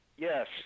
Yes